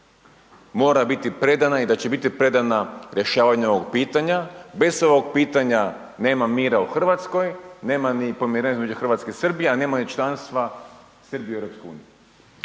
mora biti predana i da će biti predana rješavanju ovog pitanja, bez ovog pitanja nema mira u RH, nema ni pomirenja između RH i Srbije, a nema ni članstva Srbije u EU.